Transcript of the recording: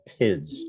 pids